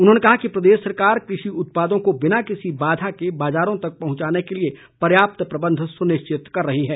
उन्होंने कहा कि प्रदेश सरकार कृषि उत्पादों को बिना किसी बाधा के बाजारों तक पहुचाने के लिए पर्याप्त प्रबंध सुनिश्चित कर रही है